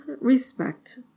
respect